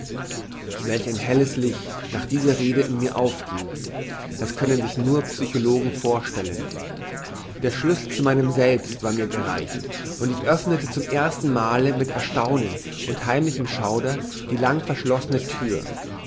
welch ein helles licht nach dieser rede in mir aufging das können sich nur psychologen vorstellen der schlüssel zu meinem selbst war mir gereicht und ich öffnete zum erstenmale mit erstaunen und heimlichem schauder die lang verschlossene thür